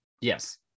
Yes